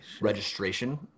registration